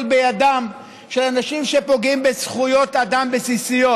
בידם של אנשים שפוגעים בזכויות אדם בסיסיות.